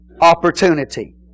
opportunity